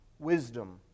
Wisdom